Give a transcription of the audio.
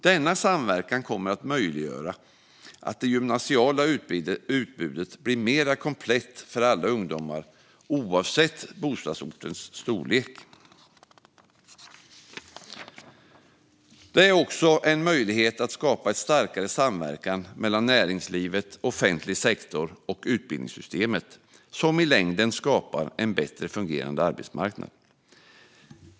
Denna samverkan kommer att möjliggöra att det gymnasiala utbudet blir mer komplett för alla ungdomar oavsett bostadsortens storlek. Det är också en möjlighet att skapa en starkare samverkan mellan näringslivet, offentlig sektor och utbildningssystemet, som i längden skapar en bättre fungerande arbetsmarknad.